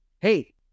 Hey